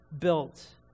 built